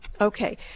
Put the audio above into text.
okay